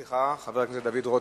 חבר הכנסת דוד רותם,